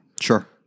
Sure